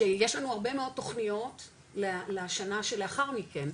שיש לנו הרבה מאוד תוכניות לשנה שלאחר מכן,